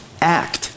act